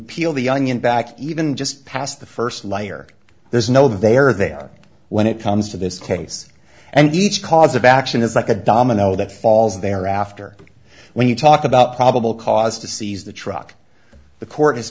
peel the onion back even just past the first layer there's no there there when it comes to this case and each cause of action is like a domino that falls thereafter when you talk about probable cause to seize the truck the court